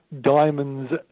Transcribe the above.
Diamonds